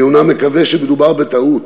אני אומנם מקווה שמדובר בטעות,